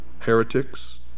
Heretics